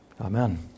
Amen